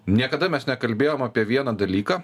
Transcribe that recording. niekada mes nekalbėjom apie vieną dalyką